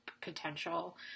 potential